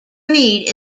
breed